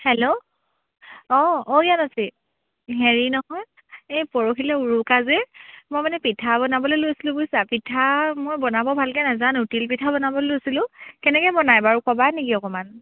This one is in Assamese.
হেল্ল' অ' অ' জ্ঞানশ্ৰী হেৰি নহয় এই পৰহিলৈ উৰুকা যে মই মানে পিঠা বনাবলৈ লৈছিলোঁ বুজিছা পিঠা মই বনাব ভালকৈ নাজানো তিলপিঠা বনাবলৈ লৈছিলোঁ কেনেকৈ বনায় বাৰু ক'বা নেকি অকণমান